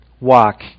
walk